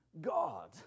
God